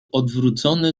odwrócony